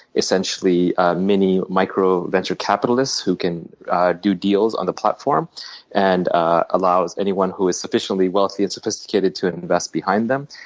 essentially mini micro venture capitalists who can do deals on the platform and allows anyone who is sufficiently wealthy and sophisticated to and invest behind them.